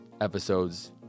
episodes